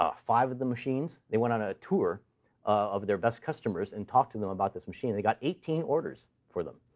ah five of the machines. they went on a tour of their best customers and talked to them about this machine, and they got eighteen orders for them.